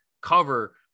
cover